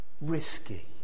risky